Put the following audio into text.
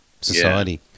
society